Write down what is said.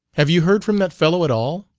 have you heard from that fellow at all?